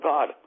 God